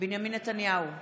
בנימין נתניהו,